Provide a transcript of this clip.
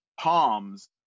palms